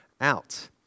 out